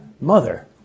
mother